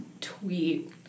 tweet